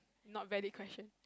not valid question